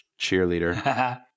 cheerleader